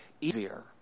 easier